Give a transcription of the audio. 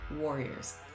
warriors